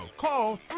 Call